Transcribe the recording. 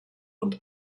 und